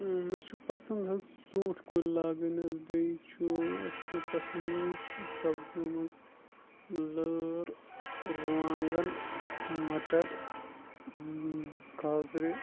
مےٚ چھُ پَسنٛد حظ ژوٗنٛٹھۍ کُلۍ لاگٕنۍ حظ بیٚیہِ چھُ اَسہِ مےٚ پَسنٛد حظ سبزیو منٛز لٲر رُوانٛگَن مَٹر گازرِ